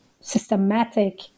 systematic